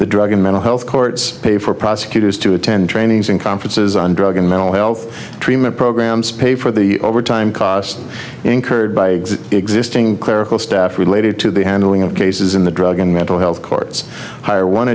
the drug in mental health courts pay for prosecutors to attend trainings and conferences on drug and mental health treatment programs pay for the overtime costs incurred by existing clerical staff related to the handling of cases in the drug and mental health courts hire one